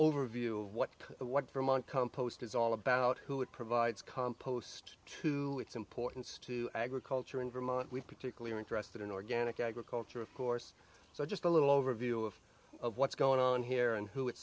overview of what what vermont compost is all about who it provides compost to its importance to agriculture in vermont we particularly are interested in organic agriculture of course so just a little overview of what's going on here and who